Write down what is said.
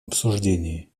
обсуждении